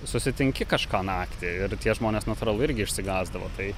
susitinki kažką naktį ir tie žmonės natūralu irgi išsigąsdavo tai